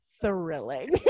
thrilling